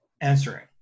answering